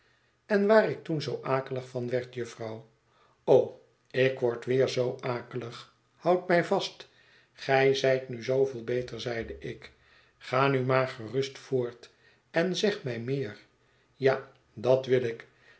en waar ik toen zoo akelig van werd jufvrouw o ik word weer zoo akelig houd mij vast gij zijt nu zooveel beter zeide ik ga nu maar gerust voort en zeg mij meer ja dat wil ik